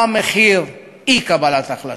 מה מחיר אי-קבלת החלטה?